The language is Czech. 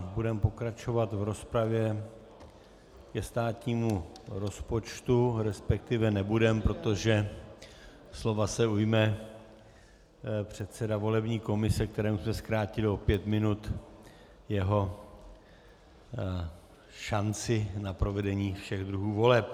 Budeme pokračovat v rozpravě ke státnímu rozpočtu, respektive nebudeme, protože slova se ujme předseda volební komise, kterému jsem zkrátil o pět minut jeho šanci na provedení všech druhů voleb.